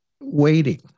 waiting